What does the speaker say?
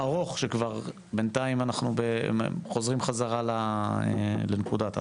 ארוך שכבר בינתיים אנחנו חוזרים בחזרה לנקודת ההתחלה.